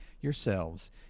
yourselves